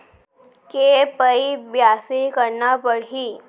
के पइत बियासी करना परहि?